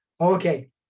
Okay